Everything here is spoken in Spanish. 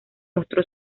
mostró